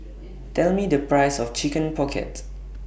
Tell Me The Price of Chicken Pocket